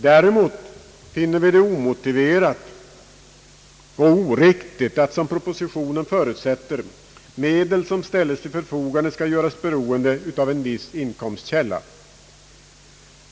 Däremot finner vi det omotiverat och oriktigt att, såsom propositionen förutsätter, medel som ställes till förfogande skall göras beroende av en viss inkomstkälla.